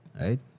Right